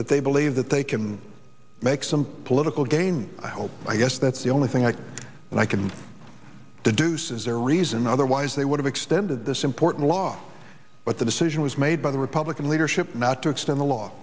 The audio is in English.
that they believe that they can make some political gains i hope i guess that's the only thing i can and i can deduce is the reason otherwise they would have extended this important law but the decision was made by the republican leadership not to extend the law